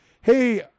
hey